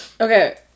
Okay